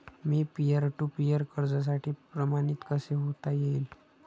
Me peer to peer कर्जासाठी प्रमाणित कसे होता येईल?